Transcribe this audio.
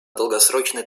долгосрочной